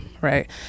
right